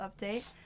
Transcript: update